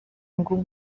ngo